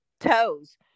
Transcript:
toes